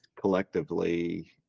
collectively